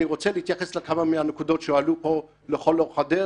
אני רוצה להתייחס לכמה מהנקודות שהועלו פה לכל אורך הדרך,